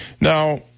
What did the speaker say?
Now